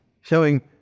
showing